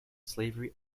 slavery